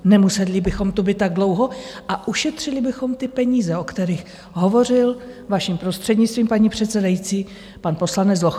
Nemuseli bychom tu být tak dlouho a ušetřili bychom ty peníze, o kterých hovořil, vaším prostřednictvím, paní předsedající, pan poslanec Lochman.